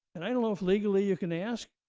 and i don't know if legally you can ask